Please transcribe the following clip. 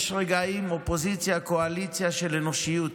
יש רגעים באופוזיציה קואליציה של אנושיות,